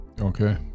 Okay